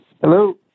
Hello